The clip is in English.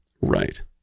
Right